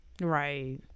Right